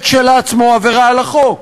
זה כשלעצמו עבירה על החוק.